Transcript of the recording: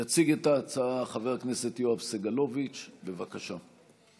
יציג את ההצעה חבר הכנסת יואב סגלוביץ', בבקשה.